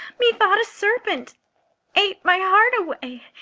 methought a serpent eat my heart away,